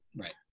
Right